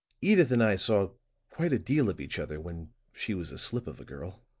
edyth and i saw quite a deal of each other when she was a slip of a girl.